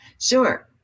Sure